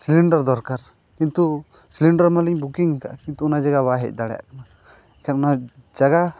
cylinder ᱫᱚᱨᱠᱟᱨ ᱠᱤᱱᱛᱩ cylinder ᱢᱟᱞᱤᱧ ᱵᱩᱠᱤᱝ ᱠᱟᱜᱼᱟ ᱠᱤᱱᱛᱩ ᱚᱱᱟ ᱡᱟᱭᱜᱟ ᱵᱟᱭ ᱦᱮᱡ ᱫᱟᱲᱮᱭᱟᱜ ᱠᱟᱱᱟ ᱮᱱᱠᱷᱟᱱ ᱚᱱᱟ ᱡᱟᱭᱜᱟ